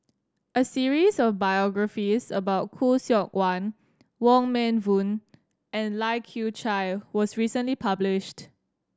a series of biographies about Khoo Seok Wan Wong Meng Voon and Lai Kew Chai was recently published